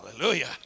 Hallelujah